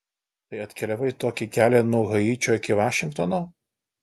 tai atkeliavai tokį kelią nuo haičio iki vašingtono